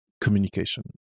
communication